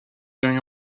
during